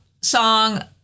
song